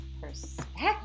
perspective